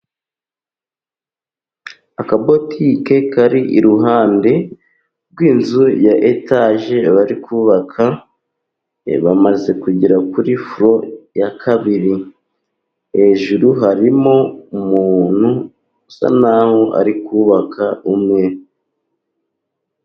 Akabotike kari iruhande rw'inzu ya etaje bari kubaka. bamaze kugera kuri folo ya kabiri. Hejuru harimo umuntu usa naho ari kubaka umwe.